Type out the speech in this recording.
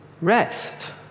rest